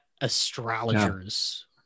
astrologers